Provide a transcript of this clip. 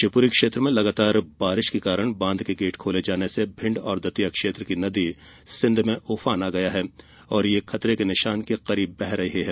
शिवपुरी क्षेत्र में लगातार बारिश के कारण बांध के गेट खोले जाने से भिंड और दतिया क्षेत्र की नदी सिंघ में उफान आ गया है और ये खतरे के निशान से करीब बह रही है